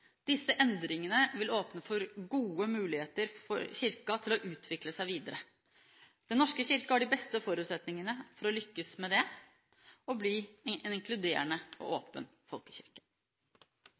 Disse endringene vil åpne for gode muligheter for Kirken til å utvikle seg videre. Den norske kirken har de beste forutsetninger for å lykkes med å bli en inkluderende og